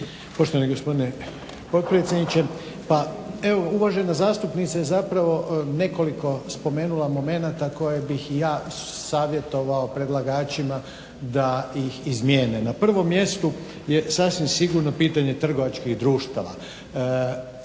Poštovani gospodine potpredsjedniče. Pa evo uvažena zastupnica je zapravo nekoliko spomenula momenata koje bih i ja savjetovao predlagačima da ih izmijene. Na prvom mjestu je sasvim sigurno pitanje trgovačkih društava.